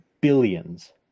billions